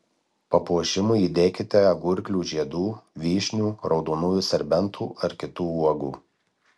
papuošimui įdėkite agurklių žiedų vyšnių raudonųjų serbentų ar kitų uogų